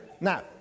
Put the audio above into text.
Now